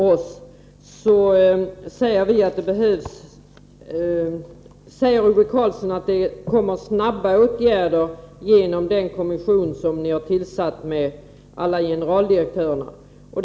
När det gäller vår reservation 3 säger Ove Karlsson att det kommer att vidtas snabba åtgärder genom att kommissionen med alla generaldirektörerna tillsatts.